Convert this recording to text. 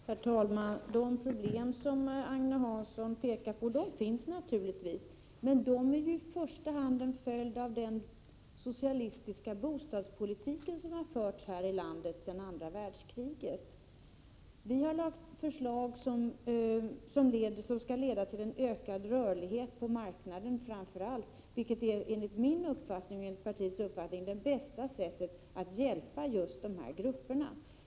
Herr talman! De problem som Agne Hansson pekar på finns naturligtvis, lägenheter m.m. men de är ju i första hand en följd av den socialistiska bostadspolitik som har förts här i landet sedan andra världskriget. Vi har lagt fram förslag som framför allt skall leda till en ökad rörlighet på marknaden, vilket enligt min och mitt partis uppfattning är det bästa sättet att hjälpa just dessa grupper.